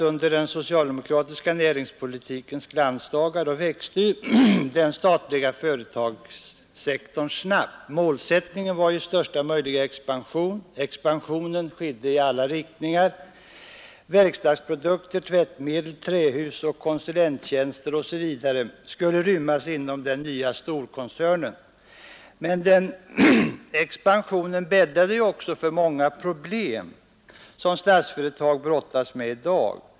Under den socialdemokratiska näringspolitikens glansdagar växte ju den statliga företagssektorn snabbt. Målsättningen var största möjliga expansion. Expansionen skedde i alla riktningar: verkstadsprodukter, tvättmedel, trähus, konsulttjänster osv. skulle rymmas inom den nya storkoncernen. Men den expansionen bäddade också för många av de problem som Statsföretag brottas med i dag.